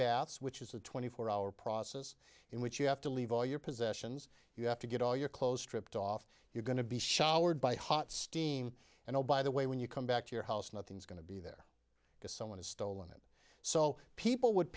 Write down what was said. baths which is a twenty four hour process in which you have to leave all your possessions you have to get all your clothes stripped off you're going to be showered by hot steam and oh by the way when you come back to your house nothing's going to be there because someone has stolen it so people would